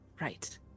right